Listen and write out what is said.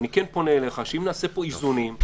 אני פונה אליך שנעשה פה איזונים.